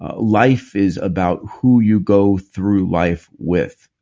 ah life is about who you go through life with,